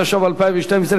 התשע"ב 2012,